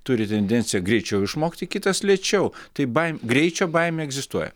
turi tendenciją greičiau išmokti kitas lėčiau tai bai greičio baimė egzistuoja